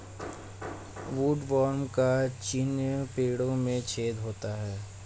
woodworm का चिन्ह पेड़ों में छेद होता है